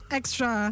extra